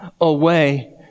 away